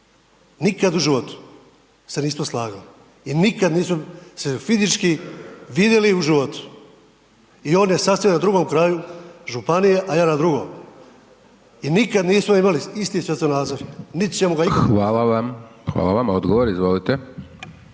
nikada u životu, se nismo slagali i nikada nismo se fizički vidjeli u životu. I on je sasvim na drugom kraju županije, a ja na drugom i nikada nismo imali isti svjetonazor niti ćemo ga ikada imati.